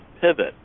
pivot